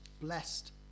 blessed